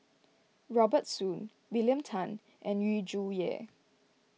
Robert Soon William Tan and Yu Zhuye